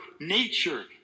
nature